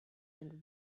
and